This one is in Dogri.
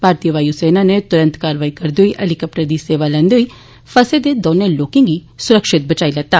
भारतीय वायू सेना नै तुरत कारवाइ करदे होई हैलीकाप्टर दी सेवा लैन्दे होई फसे दे दौनें लोकें गी सुरक्षित बचाई लैता